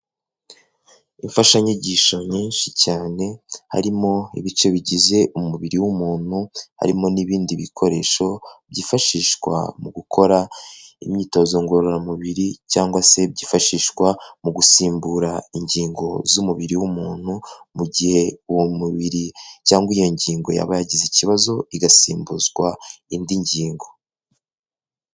Imfashanyigisho nyinshi cyane harimo ibice bigize umubiri w'umuntu, harimo n'ibindi bikoresho byifashishwa mu gukora imyitozo ngororamubiri, cyangwa se byifashishwa mu gusimbura ingingo z'umubiri w'umuntu mu gihe uwo mubiri cyangwa iyo ngingo yaba yagize ikibazo igasimbuzwa indi ngingo.